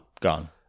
Gone